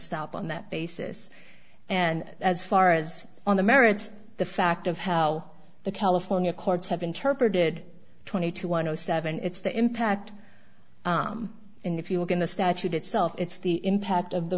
stop on that basis and as far as on the merits the fact of how the california courts have interpreted twenty two one o seven it's the impact and if you look in the statute itself it's the impact of the